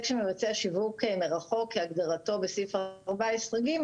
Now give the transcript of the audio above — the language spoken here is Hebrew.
שמבצע שיווק מרחוק כהגדרתו בסעיף 14(ג)